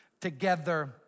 together